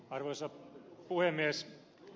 arvoisa puhemies